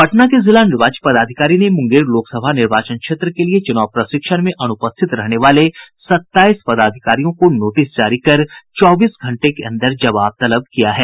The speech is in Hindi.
पटना के जिला निर्वाची पदाधिकारी ने मुंगेर लोकसभा निर्वाचन क्षेत्र के लिए चुनाव प्रशिक्षण में अनुपस्थित रहने वाले सत्ताईस पदाधिकारियों को नोटिस जारी कर चौबीस घंटे के अन्दर जवाब तलब किया है